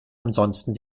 ansonsten